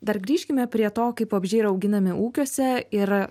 dar grįžkime prie to kaip vabzdžiai yra auginami ūkiuose ir